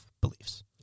beliefs